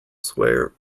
swear